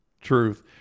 truth